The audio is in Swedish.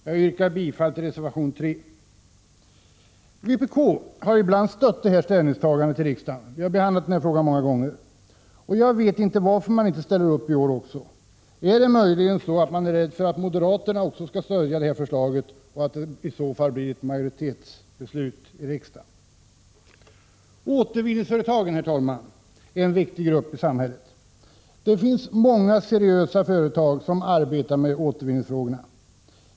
Jag yrkar bifall till reservation 3. Vpk har ibland stött det här ställningstagandet i riksdagen — vi har behandlat denna fråga många gånger. Jag vet inte varför man inte ställer upp i år. Är man möjligen rädd för att också moderaterna skall stödja förslaget och att det i så fall blir ett majoritetsbeslut i riksdagen? Herr talman! Återvinningsföretagen är en viktig grupp i samhället. Det finns många seriösa företag som arbetar med återvinning.